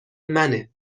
منه